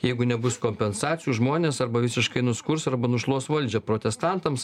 jeigu nebus kompensacijų žmonės arba visiškai nuskurs arba nušluos valdžią protestantams